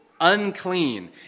unclean